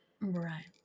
Right